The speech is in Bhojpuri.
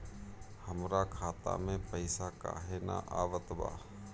हमरा खाता में पइसा काहे ना आवत बा?